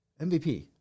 MVP